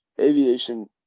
aviation